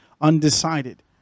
undecided